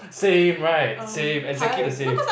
same right same exactly the same